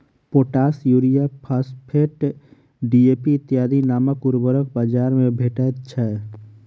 potash, urea, phosphate, DAP इत्यादि नामक उर्वरक बाजार मे भेटैत छै